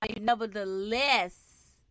nevertheless